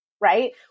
right